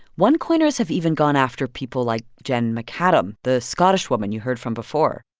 onecoiners have even gone after people like jen mcadam, the scottish woman you heard from before.